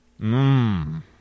Mmm